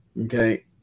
okay